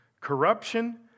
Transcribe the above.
corruption